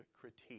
critique